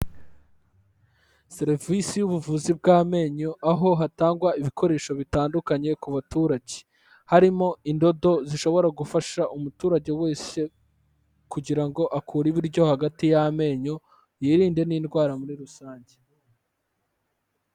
Serivisi y'ubuvuzi bw'amenyo aho hatangwa ibikoresho bitandukanye ku baturage. Harimo indodo zishobora gufasha umuturage wese, kugira ngo akure ibiryo hagati y'amenyo yirinde n'indwara muri rusange.